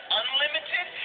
unlimited